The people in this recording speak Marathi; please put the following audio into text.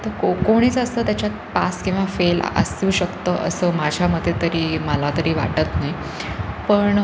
तर को कोणीच असं त्याच्यात पास किंवा फेल असू शकतं असं माझ्यामते तरी मला तरी वाटत नाही पण